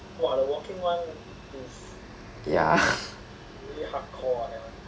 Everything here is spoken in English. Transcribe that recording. ya